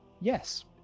Yes